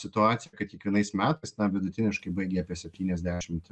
situaciją kad kiekvienais metais vidutiniškai baigia apie septyniasdešimt